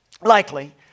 likely